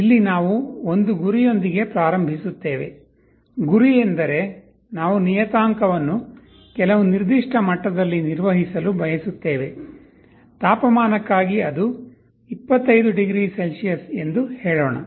ಇಲ್ಲಿ ನಾವು ಒಂದು ಗುರಿಯೊಂದಿಗೆ ಪ್ರಾರಂಭಿಸುತ್ತೇವೆ ಗುರಿ ಎಂದರೆ ನಾವು ನಿಯತಾಂಕವನ್ನು ಕೆಲವು ನಿರ್ದಿಷ್ಟ ಮಟ್ಟದಲ್ಲಿ ನಿರ್ವಹಿಸಲು ಬಯಸುತ್ತೇವೆ ತಾಪಮಾನಕ್ಕಾಗಿ ಅದು 25 ಡಿಗ್ರಿ ಸೆಲ್ಸಿಯಸ್ ಎಂದು ಹೇಳೋಣ